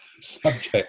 subject